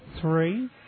three